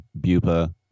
Bupa